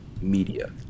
media